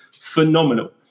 phenomenal